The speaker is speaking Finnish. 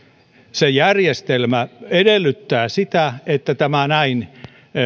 se järjestelmä edellyttää sitä että tämä näin